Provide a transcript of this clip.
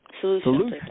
Solutions